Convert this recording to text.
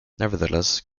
nevertheless